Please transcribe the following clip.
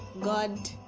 God